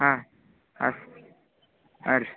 ಹಾಂ ಹಾಂ ಹಾಂ ರೀ